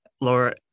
Laura